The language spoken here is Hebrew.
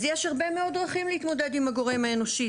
אז יש הרבה מאוד דרכים להתמודד עם הגורם האנושי.